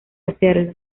hacerlo